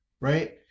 right